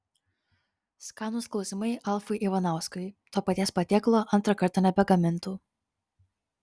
skanūs klausimai alfui ivanauskui to paties patiekalo antrą kartą nebegamintų